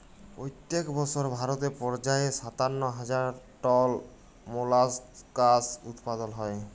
পইত্তেক বসর ভারতে পর্যায়ে সাত্তান্ন হাজার টল মোলাস্কাস উৎপাদল হ্যয়